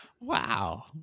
Wow